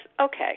Okay